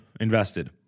invested